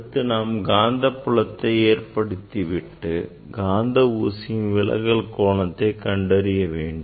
அடுத்து நாம் காந்தப்புலத்தை ஏற்படுத்திவிட்டு காந்த ஊசியின் விலகல் கோணத்தை கண்டறிய வேண்டும்